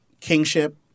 kingship